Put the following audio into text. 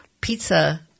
pizza